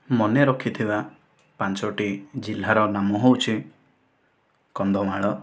ମନେ ରଖିଥିବା ପାଞ୍ଚୋଟି ଜିଲ୍ଲାର ନାମ ହଉଛି କନ୍ଧମାଳ